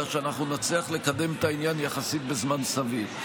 ועוד שנה אלא שנצליח לקדם את העניין יחסית בזמן סביר.